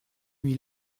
nuit